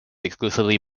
exclusively